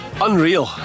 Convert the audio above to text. Unreal